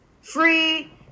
free